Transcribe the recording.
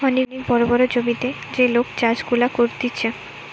অনেক বড় বড় জমিতে যে লোক চাষ গুলা করতিছে